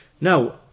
Now